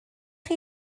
chi